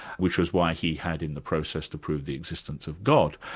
which was why he had in the process, to prove the existence of god.